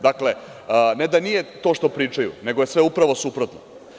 Dakle, ne da nije to što pričaju, nego je sve upravo suprotno.